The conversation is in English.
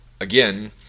again